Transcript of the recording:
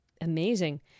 Amazing